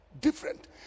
different